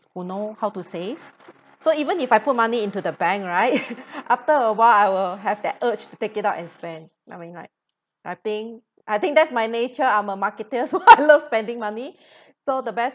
who know how to save so even if I put money into the bank right after a while I will have that urge to take it out and spend I mean like I think I think that's my nature I'm a marketer so I love spending money so the best